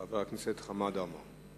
חבר הכנסת חמד עמאר.